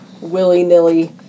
willy-nilly